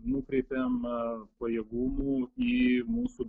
nukreipiam pajėgumų į mūsų